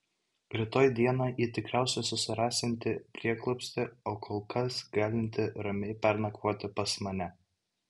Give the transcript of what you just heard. rytoj dieną ji tikriausiai susirasianti prieglobstį o kol kas galinti ramiai pernakvoti pas mane